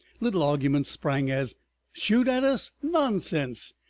little arguments sprang as shoot at us! nonsense!